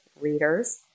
readers